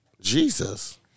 Jesus